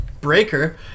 breaker